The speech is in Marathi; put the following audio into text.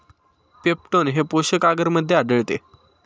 पेप्टोन हे पोषक आगरमध्ये आढळते